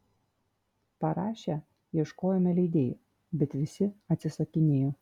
parašę ieškojome leidėjų bet visi atsisakinėjo